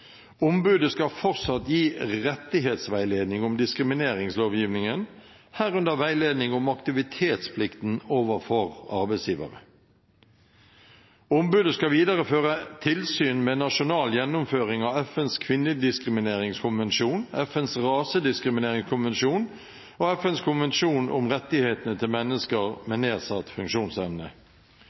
Ombudet skal fortsatt gi rettighetsveiledning om diskrimineringslovgivningen, herunder veiledning om aktivitetsplikten overfor arbeidsgivere. Ombudet skal videre føre tilsyn med nasjonal gjennomføring av FNs kvinnediskrimineringskonvensjon, FNs rasediskrimineringskonvensjon og FNs konvensjon om rettighetene til mennesker med nedsatt funksjonsevne.